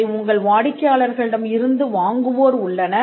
அதை உங்கள் வாடிக்கையாளர்களிடம் இருந்து வாங்குவோர் உள்ளனர்